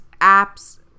apps